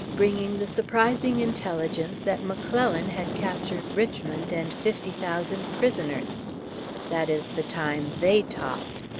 bringing the surprising intelligence that mcclellan had captured richmond and fifty thousand prisoners that is the time they talked.